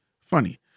funny